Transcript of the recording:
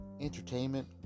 entertainment